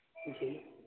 جی